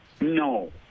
No